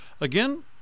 again